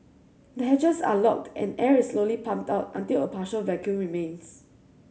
the hatches are locked and air is slowly pumped out until a partial vacuum remains